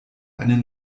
eine